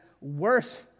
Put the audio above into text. worse